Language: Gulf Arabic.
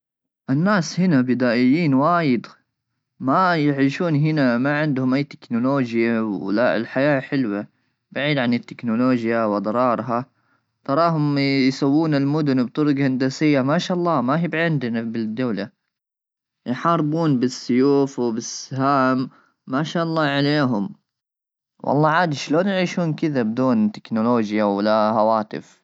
الناس هنا بدائيين وايد ما يعيشون هنا ما عندهم اي تكنولوجيا, ولا الحياه حلوه بعيد عن التكنولوجيا واضرارها ,تراهم يسوون المدن بطرق هندسيه ما شاء الله ما هي عندنا بالدوله يحاربون بالسيوف وسهام ما شاء الله عليهم والله عادي شلون يعيشون كذا بدون تكنولوجيا ولا هواتف.